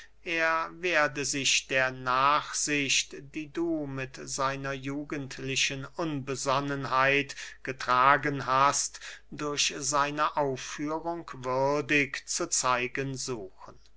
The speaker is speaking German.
er werde sich der nachsicht die du mit seiner jugendlichen unbesonnenheit getragen hast durch seine aufführung würdig zu zeigen suchen